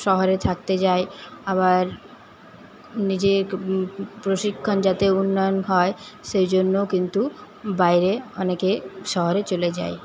শহরে থাকতে যায় আবার নিজের প্রশিক্ষণ যাতে উন্নয়ন হয় সেই জন্যও কিন্তু বাইরে অনেকে শহরে চলে যায়